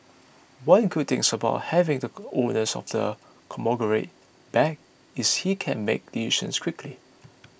one good thing about having the owner of the conglomerate back is he can make decisions quickly